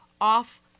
off